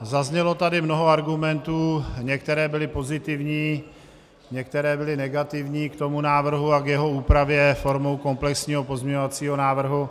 Zaznělo tady mnoho argumentů některé byly pozitivní, některé byly negativní k tomu návrhu a k jeho úpravě formou komplexního pozměňovacího návrhu.